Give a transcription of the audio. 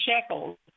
shekels